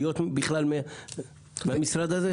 כי הם יכולים ליהנות בדיוק מאותה הנחה --- אבל למה את מחליטה עבורם?